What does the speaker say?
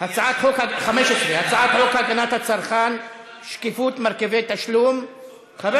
חוק הגנת הצרכן (שקיפות מרכיבי תשלום בעסקה מתמשכת),